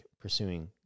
pursuing